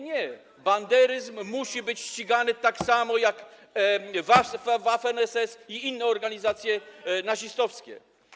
Nie, banderyzm musi być ścigany tak samo jak Waffen SS i inne organizacje nazistowskie.